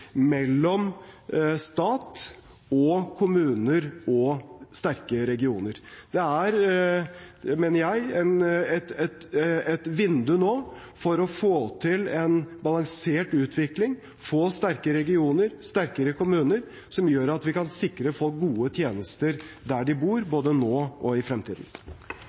mellom stat og kommuner og sterke regioner. Det er, mener jeg, et vindu nå for å få til en balansert utvikling, få sterke regioner, sterkere kommuner, som gjør at vi kan sikre folk gode tjenester der de bor, både nå og i fremtiden.